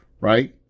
right